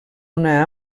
una